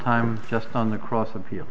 time just on the cross appeal